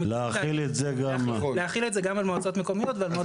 להחיל את זה גם על מועצות מקומיות ועל מועצות